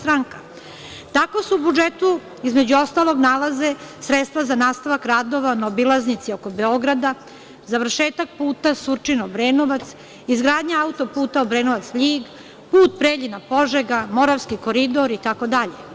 Tako se u budžetu, između ostalog, nalaze sredstva za nastavak radova na obilaznici oko Beograda, završetak puta Surčin – Obrenovac, izgradnja auto puta Obrenovac – LJig, put Preljina – Požega, Moravki koridor, itd.